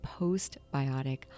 postbiotic